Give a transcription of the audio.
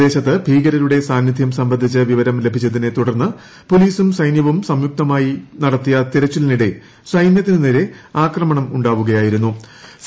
പ്രദ്ദേശത്ത് ഭീകരുടെ സാന്നിധ്യം സംബന്ധിച്ച് വിവരം ലഭിച്ചതിനെ തുട്ടർന്ന് പൊലീസും സൈന്യവും സംയുക്തമായി നടത്തിയ തെരുച്ചില്പിന്ടെ സൈനൃത്തിനു നേരെ ആക്രമണമുണ്ടാവുകയായിരുന്നു്